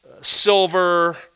silver